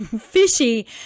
fishy